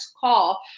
call